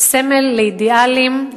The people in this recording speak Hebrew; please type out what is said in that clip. סמל לאידיאלים,